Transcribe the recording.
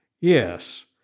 Yes